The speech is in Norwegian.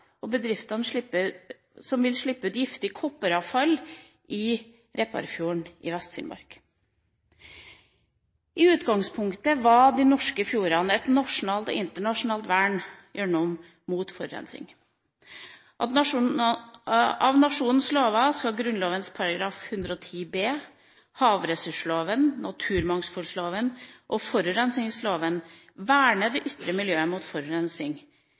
vil slippe ut giftig kobberavfall i Repparfjorden i Vest-Finnmark. I utgangspunktet har de norske fjordene et nasjonalt og internasjonalt vern mot forurensning. Av nasjonale lover skal Grunnloven § 110 b, havressursloven, naturmangfoldloven og forurensningsloven verne det ytre miljø mot forurensning,